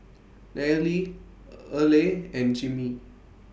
Nayeli Earle and Jimmy